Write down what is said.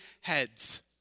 heads